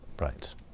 Right